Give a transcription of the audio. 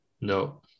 No